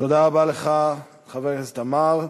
תודה רבה לך, חבר הכנסת עמאר.